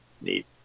neat